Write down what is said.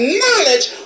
knowledge